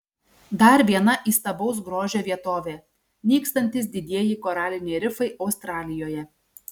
dar viena įstabaus grožio vietovė nykstantys didieji koraliniai rifai australijoje